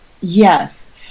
Yes